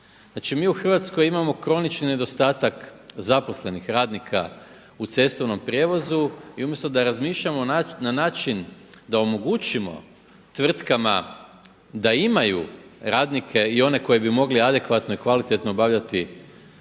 Znači mi u Hrvatskoj imamo kronični nedostatak zaposlenih radnika u cestovnom prijevozu i umjesto da razmišljamo na način da omogućimo tvrtkama da imaju radnike i one koji bi mogli adekvatno i kvalitetno obavljati svoj